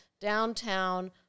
downtown